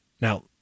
Now